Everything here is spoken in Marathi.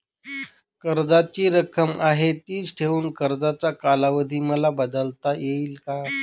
कर्जाची रक्कम आहे तिच ठेवून कर्जाचा कालावधी मला बदलता येईल का?